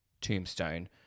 tombstone